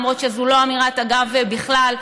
למרות שזאת לא אמירת אגב בכלל,